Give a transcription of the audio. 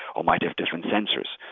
or might have different sensors.